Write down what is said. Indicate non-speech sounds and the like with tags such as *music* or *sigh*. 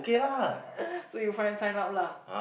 *laughs* so you find sign up lah